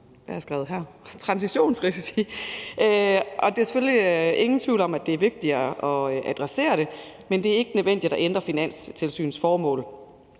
der er selvfølgelig ingen tvivl om, at det er vigtigt at adressere det, men det er ikke nødvendigt at ændre Finanstilsynets formål.